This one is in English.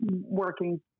working